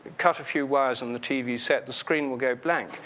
cut a few wires on the tv set, the screen will go blank.